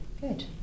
good